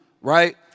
right